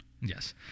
Yes